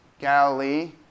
Galilee